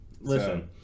listen